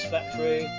Factory